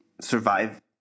survive